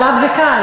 עליו זה קל.